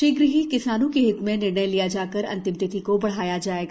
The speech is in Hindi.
शीघ्र ही किसानों के हित में निर्णय लिया जाकर अंतिम तिथि को बढ़ाया जायेगा